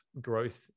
growth